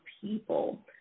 people